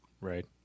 Right